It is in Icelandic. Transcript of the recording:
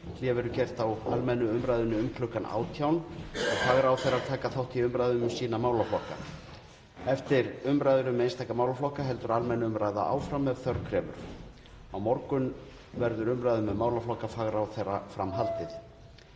Hlé verður gert á almennu umræðunni um kl. 18. Fagráðherrar taka þátt í umræðum um sína málaflokka. Eftir umræður um einstaka málaflokka heldur almenn umræða áfram ef þörf krefur. Á morgun verður umræðum um málaflokka fagráðherra fram haldið.